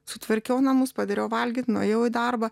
sutvarkiau namus padariau valgyt nuėjau į darbą